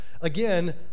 Again